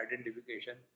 identification